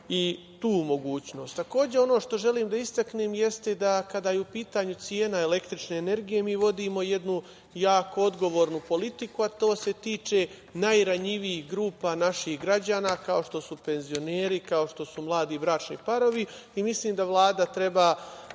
i tu mogućnost. Ono što želim da istaknem, kada je u pitanju cena električne energije, mi vodimo jednu jako odgovornu politiku, a to se tiče najranjivijih grupa naših građana, kao što su penzioneri, kao što su mladi bračni parovi. Mislim da Vlada treba